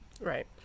Right